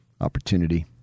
Opportunity